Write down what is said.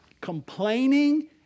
Complaining